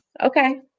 okay